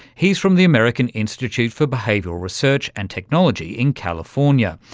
he's from the american institute for behavioural research and technology in california,